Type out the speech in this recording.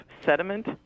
sediment